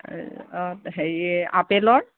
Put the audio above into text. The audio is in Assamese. হেৰি আপেলৰ